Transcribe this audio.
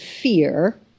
fear